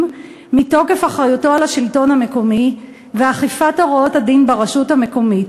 מתוקף אחריותו לשלטון המקומי ואכיפת הוראות הדין ברשות המקומית.